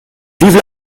vive